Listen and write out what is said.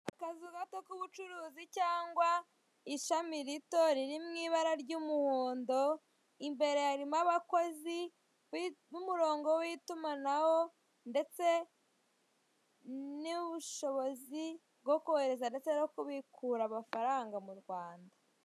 Akazu gato k'ubucuruzi cyangwa ishami rito riri mu ibara ry'umuhondo, imbere harimo abakozi b'umurongo w'itumanaho ndetse n'ubushobozi bwo kohereza ndetse no kubikura amafaranga mu Rwanda.